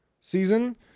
season